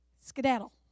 Skedaddle